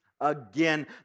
again